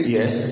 Yes